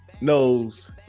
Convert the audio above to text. knows